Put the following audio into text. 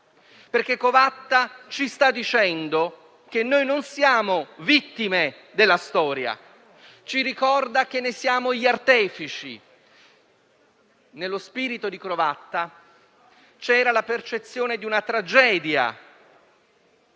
perché ci sta dicendo che noi non siamo vittime della storia; ci ricorda che ne siamo gli artefici. Nello spirito di Covatta c'era la percezione di una tragedia